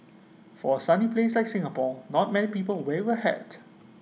for A sunny place like Singapore not many people wear A hat